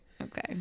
Okay